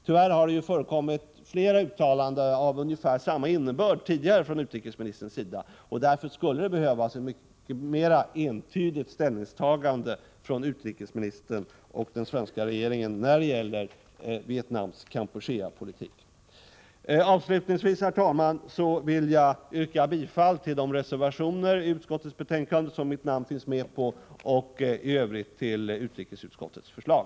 Tyvärr har det ju förekommit flera uttalanden av ungefär samma innebörd tidigare från utrikesministerns sida, och därför skulle det behövas ett mycket mera entydigt ställningstagande från utrikesministern och den svenska regeringen när det gäller Vietnams Kampucheapolitik. Avslutningsvis, herr talman, vill jag yrka bifall till de reservationer vid utskottets betänkande som mitt namn finns med på och i övrigt till utrikesutskottets förslag.